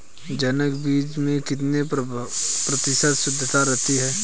जनक बीज में कितने प्रतिशत शुद्धता रहती है?